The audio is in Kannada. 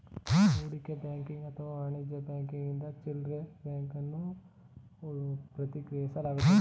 ಹೂಡಿಕೆ ಬ್ಯಾಂಕಿಂಗ್ ಅಥವಾ ವಾಣಿಜ್ಯ ಬ್ಯಾಂಕಿಂಗ್ನಿಂದ ಚಿಲ್ಡ್ರೆ ಬ್ಯಾಂಕಿಂಗ್ ಅನ್ನು ಪ್ರತ್ಯೇಕಿಸಲಾಗುತ್ತೆ